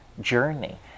journey